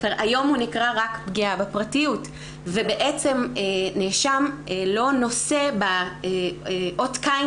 היום הוא נקרא רק פגיעה בפרטיות ובעצם נאשם לא נושא באות קין